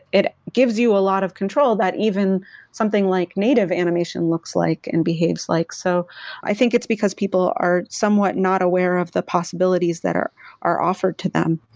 it gives you a lot of control that even something like native animation looks like and behaves like. so i think it's because people are somewhat not aware of the possibilities that are are offered to them,